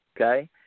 Okay